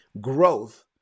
growth